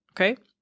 okay